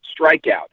strikeout